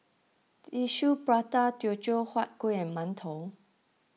Tissue Prata Teochew Huat Kuih and Mantou